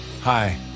Hi